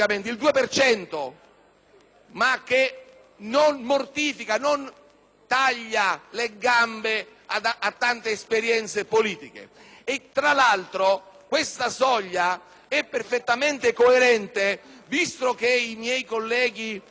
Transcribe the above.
che non mortifica e non taglia le gambe a tante esperienze politiche. Tra l'altro, questa soglia è perfettamente coerente. Infatti, poiché miei colleghi di